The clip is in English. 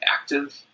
active